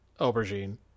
aubergine